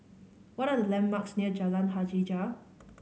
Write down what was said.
what are the landmarks near Jalan Hajijah